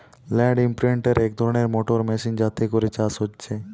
land ইমপ্রিন্টের এক ধরণের মোটর মেশিন যাতে করে চাষ হচ্ছে